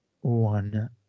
one